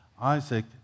Isaac